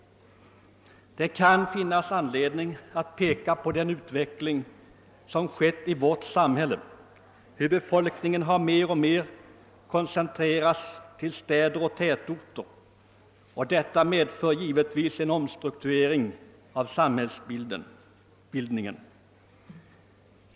Det kan finnas anledning att peka på den utveckling som skett i vårt samhälle. Befolkningen har mer och mer koncentrerats till städer och tätorter, och detta medför givetvis en omstrukturering av samhällsbildningen.